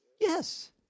Yes